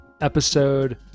Episode